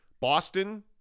Boston